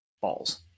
balls